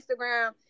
Instagram